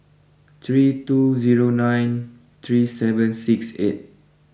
three two zero nine three seven six eight